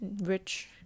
rich